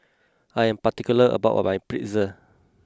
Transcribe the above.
I am particular about my Pretzel